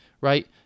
right